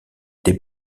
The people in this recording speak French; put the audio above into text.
des